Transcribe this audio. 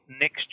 next